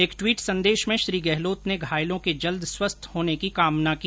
एक ट्वीट संदेश में श्री गहलोत ने घायलों के जल्द स्वस्थ होने की कामना की